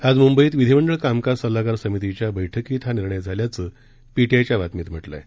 आज मुंबईत विधिमंडळ कामकाज सल्लागार समितीच्या बैठकीत हा निर्णय झाल्याचं पीटीआयच्या बातमीत म्हटलंय